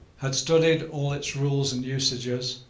had studied all its rules and usages,